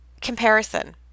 Comparison